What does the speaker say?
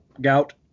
gout